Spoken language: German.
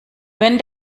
wenn